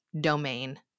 domain